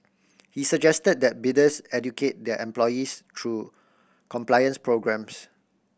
he suggested that bidders educate their employees through compliance programmes